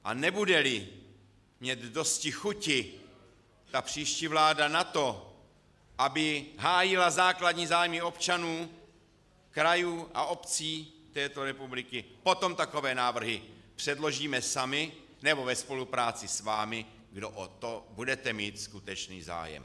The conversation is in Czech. A nebudeli mít dosti chuti ta příští vláda na to, aby hájila základní zájmy občanů, krajů a obcí této republiky, potom takové návrhy předložíme sami nebo ve spolupráci s vámi, kdo o to budete mít skutečný zájem.